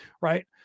right